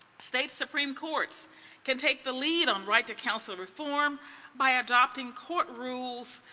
state supreme courts can take the lead on right to counsel reform by adopting court rules.